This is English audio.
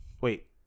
Wait